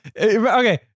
okay